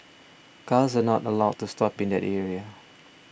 cars are not allowed to stop in that area